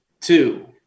two